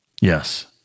Yes